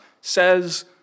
says